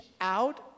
out